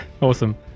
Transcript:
Awesome